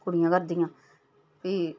कुड़ियां करदियां फ्ही